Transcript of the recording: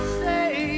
say